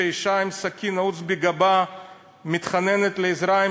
שכשאישה עם סכין נעוץ בגבה מתחננת לעזרה,